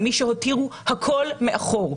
על מי שהותירו הכול מאחור,